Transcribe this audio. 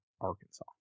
Arkansas